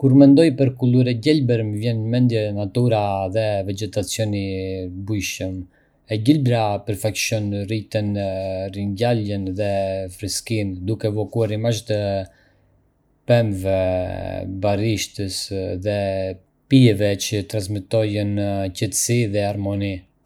Kur mendoj për kulur e gjelbër, më vjen në mendje natyra dhe vegjetacioni i bujshëm. E gjelbra përfaqëson rritjen, ringjalljen dhe freskinë, duke evokuar imazhe të pemëve, barishtes dhe pyjeve që transmetojnë qetësi dhe harmoni.